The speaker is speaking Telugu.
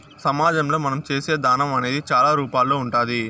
సమాజంలో మనం చేసే దానం అనేది చాలా రూపాల్లో ఉంటాది